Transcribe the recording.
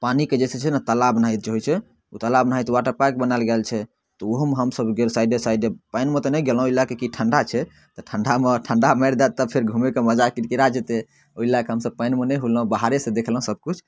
पानिके जे छै ने तालाब नाहित होइ छै ओ तालाब नाहित वाटर पार्क बनायल गेल छै तऽ ओहोमे हमसब गेलहुँ साइडे साइडे पानिमे तऽ नहि गेलहुँ एहि लए कऽ कि ठण्डा छै तऽ ठण्डामे ठण्डा मारि दैत तऽ फेर घुमैके मजा किरकिरा जाइतै ओहि लए कऽ हमसब पानिमे नहि घुमलहुँ बाहरेसँ देखलहुँ सब किछु